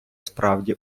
справді